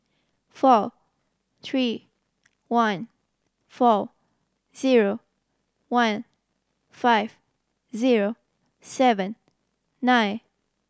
four three one four zero one five zero seven nine